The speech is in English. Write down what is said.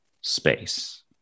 space